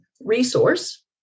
resource